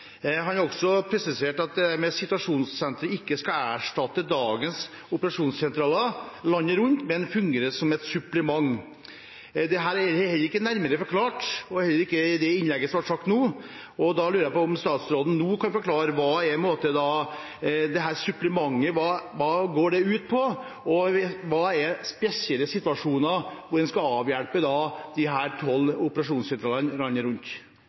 Han har også presisert at situasjonssenteret ikke skal erstatte dagens operasjonssentraler landet rundt, men fungere som et supplement. Dette er ikke nærmere forklart, heller ikke i det innlegget som ble holdt nå, og derfor lurer jeg på om statsråden nå kan forklare hva dette supplementet går ut på. Og hva er spesielle situasjoner hvor en skal avhjelpe disse tolv operasjonssentralene landet rundt?